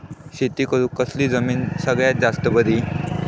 शेती करुक कसली जमीन सगळ्यात जास्त बरी असता?